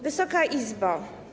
Wysoka Izbo!